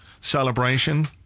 Celebration